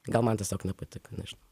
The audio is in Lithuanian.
gal man tiesiog nepatiko nežinau